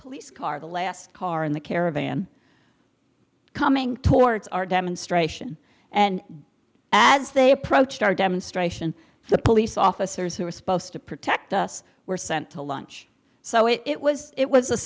police car the last car in the caravan coming towards our demonstration and as they approached our demonstration the police officers who were supposed to protect us were sent to lunch so it was it was a